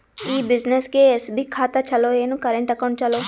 ಈ ಬ್ಯುಸಿನೆಸ್ಗೆ ಎಸ್.ಬಿ ಖಾತ ಚಲೋ ಏನು, ಕರೆಂಟ್ ಅಕೌಂಟ್ ಚಲೋ?